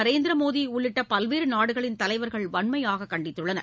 நரேந்திரமோடிஉள்ளிட்டபல்வேறுநாடுகளின் தலைவர்கள் வன்மையாககண்டித்துள்ளனர்